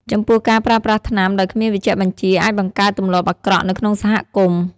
ចំពោះការប្រើប្រាស់ថ្នាំដោយគ្មានវេជ្ជបញ្ជាអាចបង្កើតទម្លាប់អាក្រក់នៅក្នុងសហគមន៍ ។